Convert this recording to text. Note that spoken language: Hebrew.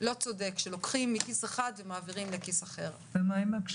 לא צודק שלוקחים מכיס אחד ומעבירים לכיס אחר -- ומה עם הקשישים?